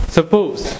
Suppose